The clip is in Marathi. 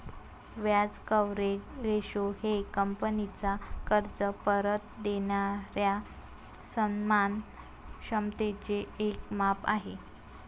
व्याज कव्हरेज रेशो हे कंपनीचा कर्ज परत देणाऱ्या सन्मान क्षमतेचे एक माप आहे